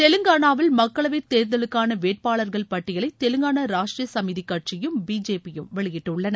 தெலங்கானாவில் மக்களவைத் தேர்தலுக்கான வேட்பாளர்கள் பட்டியலை தெலங்கானா ராஷ்டரிய சுமிதி கட்சியும் பிஜேபியும் வெளியிட்டுள்ளன